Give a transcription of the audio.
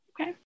Okay